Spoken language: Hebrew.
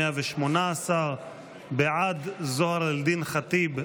118. בעד זהר אל דין ח'טיב,